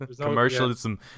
Commercialism